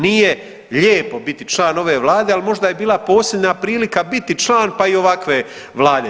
Nije lijepo biti član ove Vlade, ali je možda bila posljednja prilika biti član, pa i ovakve Vlade.